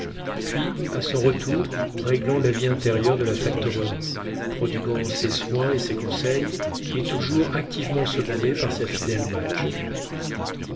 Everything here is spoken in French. puis à son retour réglant la vie intérieure de la factorerie prodiguant ses soins et ses conseils et toujours activement secondée par sa fidèle madge